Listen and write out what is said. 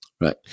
Right